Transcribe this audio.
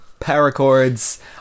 paracords